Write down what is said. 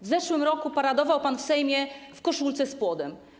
W zeszłym roku paradował pan w Sejmie w koszulce z płodem.